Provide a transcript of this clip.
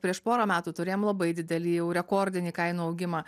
prieš porą metų turėjom labai didelį jau rekordinį kainų augimą